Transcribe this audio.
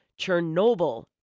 Chernobyl